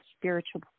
spiritual